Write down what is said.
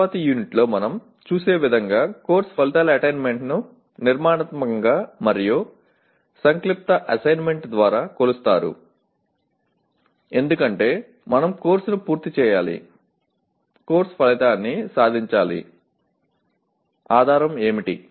తరువాతి యూనిట్లో మనం చూసే విధంగా కోర్సు ఫలితాల అటైన్మెంట్ ను నిర్మాణాత్మక మరియు సంక్షిప్త అస్సెస్మెంట్ ద్వారా కొలుస్తారు ఎందుకంటే మనం కోర్సును పూర్తి చేయాలి కోర్సు ఫలితాన్ని సాధించాలి ఆధారం ఏమిటి